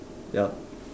ya